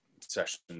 sessions